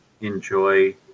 enjoy